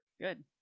Good